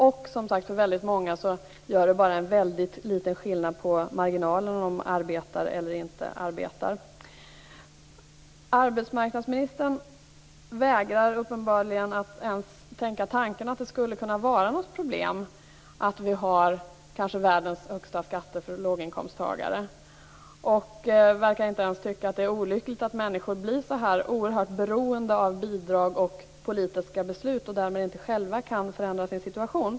Och som sagt, för väldigt många gör det en mycket liten marginell skillnad om man arbetar eller inte arbetar. Arbetsmarknadsministern vägrar uppenbarligen att ens tänka tanken att det skulle kunna vara något problem att vi har kanske världens högsta skatter för låginkomsttagare. Hon verkar inte ens tycka att det är olyckligt att människor blir så här oerhört beroende av bidrag och politiska beslut och därmed inte själva kan förändra sin situation.